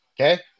Okay